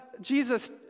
Jesus